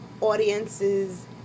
audiences